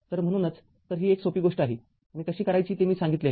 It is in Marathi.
तर म्हणूनच तर ही एक सोपी गोष्ट आहे आणि कशी करायची ते मी सांगितले आहे